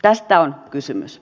tästä on kysymys